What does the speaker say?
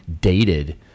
dated